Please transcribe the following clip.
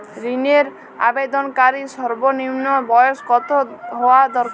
ঋণের আবেদনকারী সর্বনিন্ম বয়স কতো হওয়া দরকার?